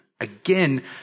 again